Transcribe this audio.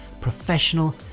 professional